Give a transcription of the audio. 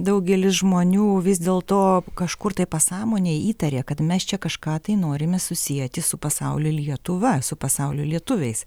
daugelis žmonių vis dėl to kažkur tai pasąmonėj įtarė kad mes čia kažką tai norime susieti su pasaulio lietuva su pasaulio lietuviais